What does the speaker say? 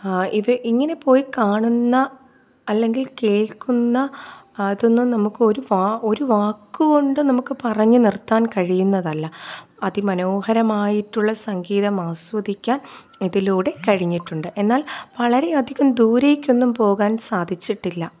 ഇവ ഇങ്ങനെ പോയിക്കാണുന്ന അല്ലെങ്കിൽ കേൾക്കുന്ന അതൊന്നും നമുക്കൊരു വാ ഒരു വാക്കുകൊണ്ട് നമുക്ക് പറഞ്ഞു നിർത്താൻ കഴിയുന്നതല്ല അതിമനോഹരമായിട്ടുള്ള സംഗീതം ആസ്വദിക്കാൻ ഇതിലൂടെ കഴിഞ്ഞിട്ടുണ്ട് എന്നാൽ വളരെ അധികം ദൂരേക്കൊന്നും പോകാൻ സാധിച്ചിട്ടില്ല